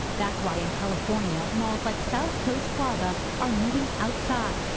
that's why in california malls like south coast plaza are moving outside,